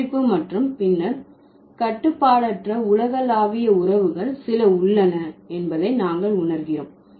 உட்குறிப்பு மற்றும் பின்னர் கட்டுப்பாடற்ற உலகளாவிய உறவுகள் சில உள்ளன என்பதை நாங்கள் உணர்கிறோம்